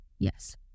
Yes